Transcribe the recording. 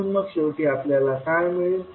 म्हणून मग शेवटी आपल्याला काय मिळेल